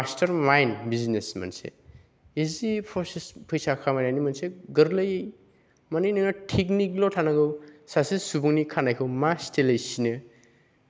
खिन्तु बियो mastermind business मोनसे इजि प्रसेस फैसा खामायनायनि मोनसे गोरलै माने नोंहा टेकनिकल' थानांगौ सासे सुबुंनि खानायखौ मा स्टाइलै सिनो